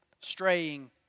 straying